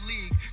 League